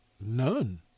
None